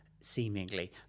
seemingly